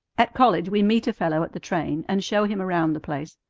at college we meet a fellow at the train, and show him around the place,